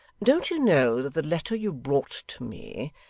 don't you know that the letter you brought to me,